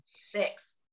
Six